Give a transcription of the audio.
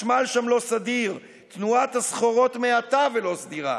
החשמל שם לא סדיר, תנועת הסחורות מעטה ולא סדירה.